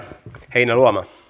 heinäluoma